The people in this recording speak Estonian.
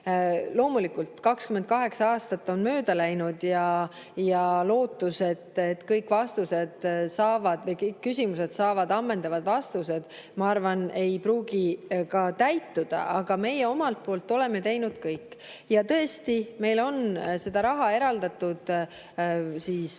Loomulikult, 28 aastat on mööda läinud ja lootus, et kõik küsimused saavad ammendavad vastused, ma arvan, ei pruugi täituda, aga meie omalt poolt oleme teinud kõik. Tõesti, meil on seda raha eraldatud